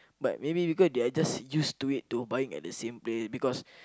but maybe because they are just used to it to buying at the same place because